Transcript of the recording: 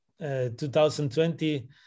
2020